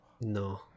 No